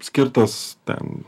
skirtas ten